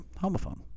homophone